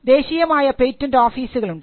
ദേശീയമായ patent ഓഫീസുകളുണ്ട്